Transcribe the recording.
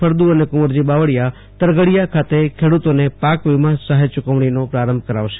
ફળદુ અને કુંવરજી બાવળિય તરઘડી ખાતે ખેડૂતોને પાક વીમા સહાય ચુકવણીનો પ્રારંભ કરાવશે